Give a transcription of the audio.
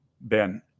ben